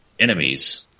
enemies